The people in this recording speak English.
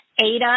Ada